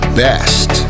best